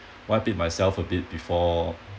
wipe it myself a bit before